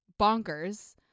bonkers